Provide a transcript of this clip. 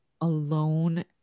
alone